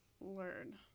learn